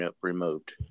removed